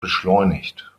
beschleunigt